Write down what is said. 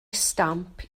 stamp